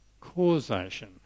causation